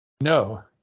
no